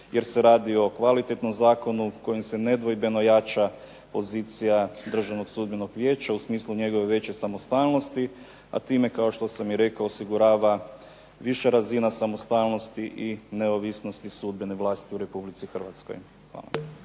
jer se radio o kvalitetnom zakonu kojim se nedvojbeno jača pozicija Državnog sudbenog vijeća u smislu njegove veće samostalnosti, a time kao što sam rekao osigurava viša razina samostalnosti i neovisnosti sudbene vlasti u Republici Hrvatskoj. Hvala.